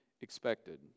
expected